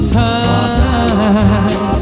time